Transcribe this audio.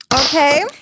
Okay